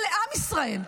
ולעם ישראל: